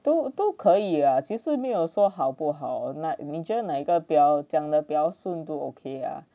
都都可以呀其实没有说好不好那你觉得那一个比较讲的比较顺多都 okay ah